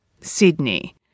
Sydney